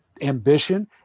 ambition